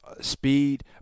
speed